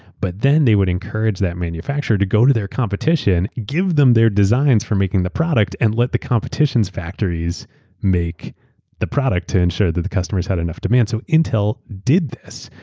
but then they would encourage that manufacturer to go to their competition, give them their designs for making the product, and let the competition's factories make the product to ensure that the customers had enough demand. so intel did this.